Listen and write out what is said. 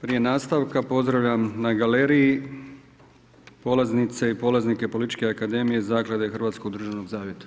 Prije nastavka pozdravljam na galeriji polaznice i polaznike Političke akademije zaklade Hrvatskog državnog Zavjeta.